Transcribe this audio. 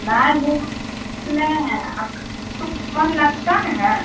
नहीं भूल नहीं है फोन लगता है